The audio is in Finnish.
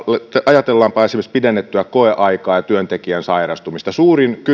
ajatellaanpa esimerkiksi pidennettyä koeaikaa ja työntekijän sairastumista suurin